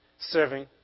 serving